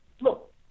look